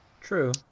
True